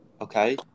Okay